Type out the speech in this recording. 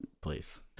please